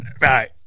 Right